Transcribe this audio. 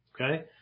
okay